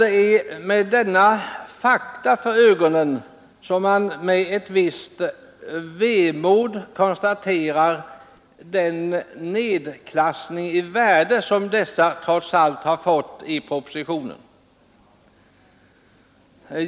Det är med dessa fakta för ögonen som jag med ett visst vemod konstaterar den nedklassning i värde som dessa trots allt har fått i propositionen.